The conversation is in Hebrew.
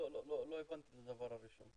לא הבנתי את הדבר הראשון.